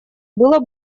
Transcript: было